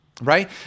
Right